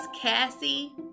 Cassie